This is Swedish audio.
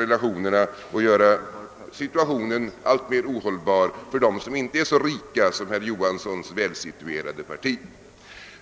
relationerna och göra situationen alltmer ohållbar för dem som inte är så rika som herr Johanssons välsituerade parti.